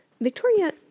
Victoria